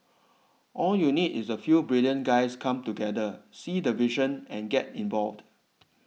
all you need is a few brilliant guys come together see the vision and get involved